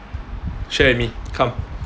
share with me come